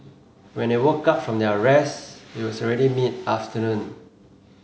when they woke up from their rest it was already mid afternoon